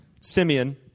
Simeon